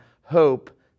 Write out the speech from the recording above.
Hope